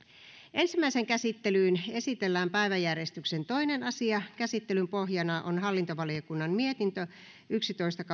ensimmäiseen käsittelyyn esitellään päiväjärjestyksen toinen asia käsittelyn pohjana on hallintovaliokunnan mietintö yksitoista